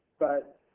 but